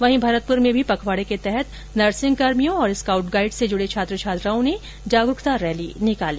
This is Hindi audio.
वहीं भरतपुर में भी पखवाड़े के तहत नर्सिंग कर्मियों और स्काउट गाइड से जुड़े छात्र छात्राओं ने जागरूकता रैली निकाली